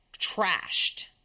trashed